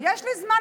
יש לי זמן,